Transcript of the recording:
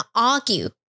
argue